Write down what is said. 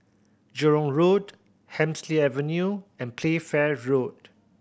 Jurong Road Hemsley Avenue and Playfair Road